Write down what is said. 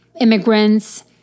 immigrants